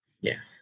Yes